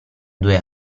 due